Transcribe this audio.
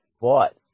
bought